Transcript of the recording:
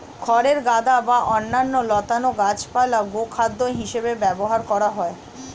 খড়ের গাদা বা অন্যান্য লতানো গাছপালা গোখাদ্য হিসেবে ব্যবহার করা হয়